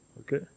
Okay